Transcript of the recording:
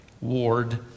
ward